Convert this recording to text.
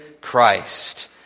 Christ